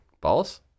Balls